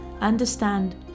Understand